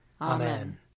Amen